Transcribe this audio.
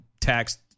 taxed